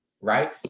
right